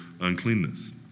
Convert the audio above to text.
uncleanness